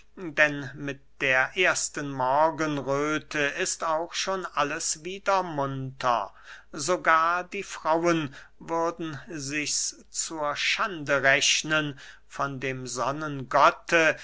denn mit der ersten morgenröthe ist auch schon alles wieder munter sogar die frauen würden sichs zur schande rechnen von dem sonnengotte